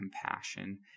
compassion